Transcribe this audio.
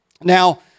Now